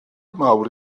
mawr